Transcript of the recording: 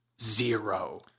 Zero